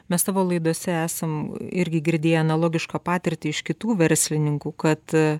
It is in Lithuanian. mes savo laidose esam irgi girdėę analogišką patirtį iš kitų verslininkų kad